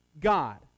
God